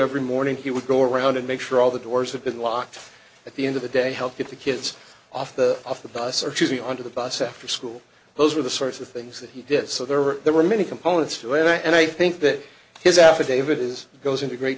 every morning he would go around and make sure all the doors have been locked at the end of the day help get the kids off the off the bus or choosing under the bus after school those are the sorts of things that he did so there were there were many components to it and i think that his affidavit is goes into great